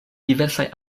diversaj